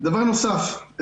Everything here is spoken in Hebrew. דבר נוסף,